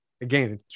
again